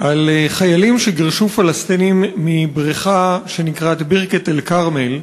על חיילים שגירשו פלסטינים מבריכה שנקראת בירכת-אלכרמל,